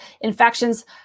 infections